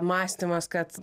mąstymas kad